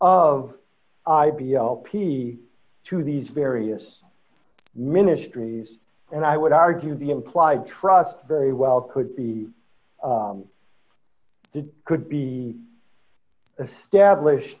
lp to these various ministries and i would argue the implied trust very well could be that could be a stablished